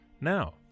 Now